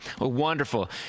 wonderful